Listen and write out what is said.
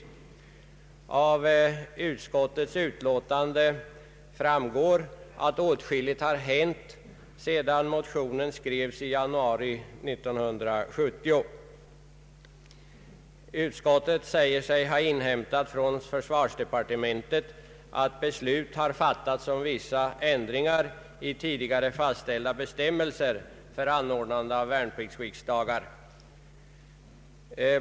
Av utskottets utlåtande framgår att åtskilligt har hänt sedan motionen skrevs i januari 1970. Enligt vad ut skottet inhämtat från försvarsdepartementet har beslut fattats om vissa ändringar i tidigare fastställda bestämmelser för anordnande av värnpliktsriksdag.